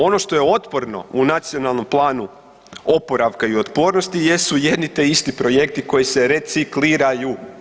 Ono što je otporno u Nacionalnom planu oporavka i otpornosti jesu jedni te isti projekti koji se recikliraju.